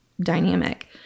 dynamic